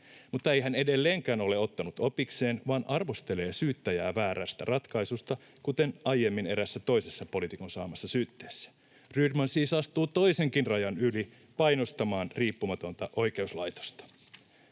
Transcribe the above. Mutta ei hän edelleenkään ole ottanut opikseen, vaan arvostelee syyttäjää väärästä ratkaisusta, kuten aiemmin toisen poliitikon saamassa syytteessä. Rydman siis astuu toisenkin rajan yli, painostamaan riippumatonta oikeuslaitosta.